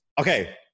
okay